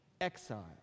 exile